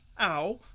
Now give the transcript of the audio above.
ow